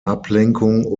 ablenkung